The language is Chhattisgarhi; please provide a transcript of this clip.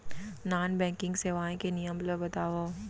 नॉन बैंकिंग सेवाएं के नियम ला बतावव?